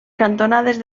cantonades